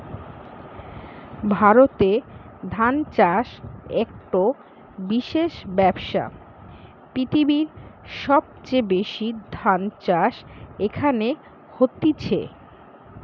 ভারতে ধান চাষ একটো বিশেষ ব্যবসা, পৃথিবীর সবচেয়ে বেশি ধান চাষ এখানে হতিছে